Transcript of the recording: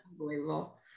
Unbelievable